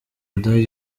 budage